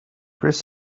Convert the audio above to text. chris